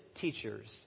teachers